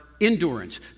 endurance